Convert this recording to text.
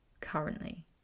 currently